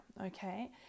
okay